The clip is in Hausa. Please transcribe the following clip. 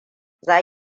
za